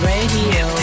Radio